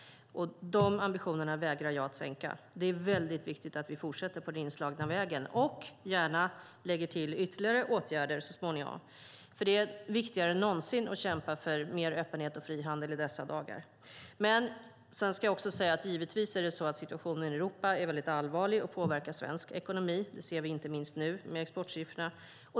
De ambitionerna vägrar jag att sänka. Det är väldigt viktigt att vi fortsätter på den inslagna vägen och gärna lägger till ytterligare åtgärder så småningom, för det är viktigare än någonsin att kämpa för mer öppenhet och frihandel i dessa dagar. Givetvis är situationen i Europa väldigt allvarlig och påverkar svensk ekonomi. Det ser vi inte minst nu på exportsiffrorna.